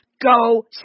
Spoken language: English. Go